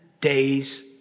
days